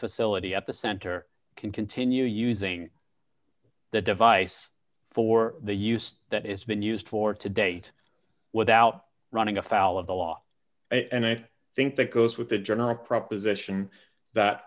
facility at the center can continue using that device for the use that it's been used for to date without running afoul of the law and i think that goes with the general proposition that